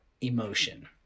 emotion